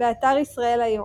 באתר ישראל היום,